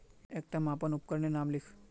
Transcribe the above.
एकटा मापन उपकरनेर नाम लिख?